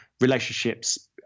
relationships